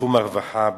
בתחום הרווחה בפרט,